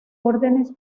órdenes